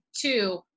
two